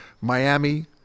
Miami